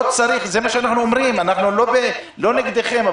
אנחנו לא נגדכם.